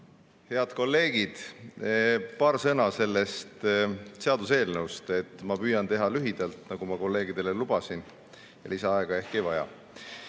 Head kolleegid! Paar sõna sellest seaduseelnõust. Ma püüan teha lühidalt, nagu ma kolleegidele lubasin, ja lisaaega ehk ei vaja.